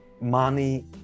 money